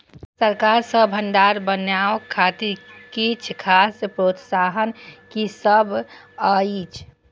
सरकार सँ भण्डार बनेवाक खातिर किछ खास प्रोत्साहन कि सब अइछ?